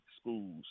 schools